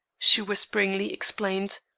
she whisperingly explained.